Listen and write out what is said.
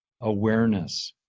Awareness